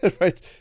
right